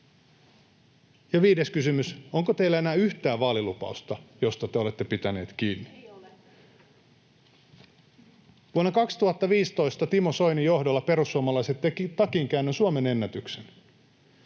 Ja viides kysymys: Onko teillä enää yhtään vaalilupausta, josta te olette pitäneet kiinni? [Aino-Kaisa Pekonen: Ei ole!] Vuonna 2015 Timo Soinin johdolla perussuomalaiset tekivät takinkäännön Suomen ennätyksen,